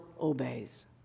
obeys